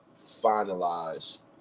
finalized